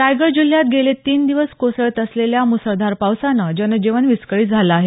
रायगड जिल्ह्यात गेले तीन दिवस कोसळत असलेल्या मुसळधार पावसानं जनजीवन विस्कळीत झाले आहे